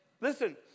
listen